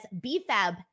B-Fab